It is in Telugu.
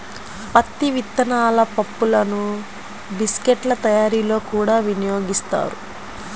పత్తి విత్తనాల పప్పులను బిస్కెట్ల తయారీలో కూడా వినియోగిస్తారు